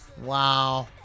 Wow